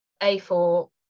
a4